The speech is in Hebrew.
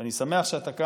ואני שמח שאתה כאן,